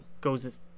goes